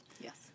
Yes